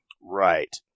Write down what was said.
Right